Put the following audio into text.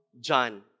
John